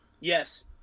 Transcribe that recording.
yes